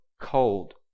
cold